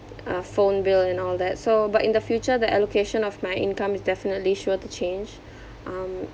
uh phone bill and all that so but in the future the allocation of my income is definitely sure to change um